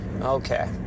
Okay